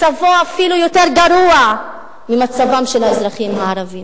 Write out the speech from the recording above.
מצבו אפילו יותר גרוע ממצבם של האזרחים הערבים.